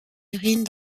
urines